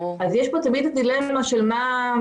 יש כאן תמיד את הדילמה של מה,